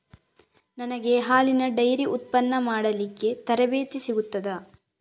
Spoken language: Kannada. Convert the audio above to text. ನನಗೆ ಹಾಲಿನ ಡೈರಿ ಉತ್ಪನ್ನ ಮಾಡಲಿಕ್ಕೆ ತರಬೇತಿ ಸಿಗುತ್ತದಾ?